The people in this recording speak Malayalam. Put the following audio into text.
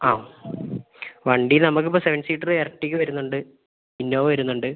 ആ വണ്ടി നമുക്കിപ്പം സെവൻ സീറ്റർ എർട്ടിഗ വരുന്നുണ്ട് ഇന്നോവ വരുന്നുണ്ട്